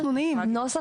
שיש טענות